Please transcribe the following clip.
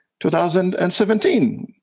2017